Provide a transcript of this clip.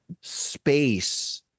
space